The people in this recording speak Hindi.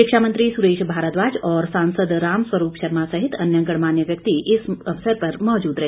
शिक्षा मंत्री सुरेश भारद्वाज और सांसद राम स्वरूप शर्मा सहित अन्य गणमान्य व्यक्ति इस अवसर पर मौजूद रहे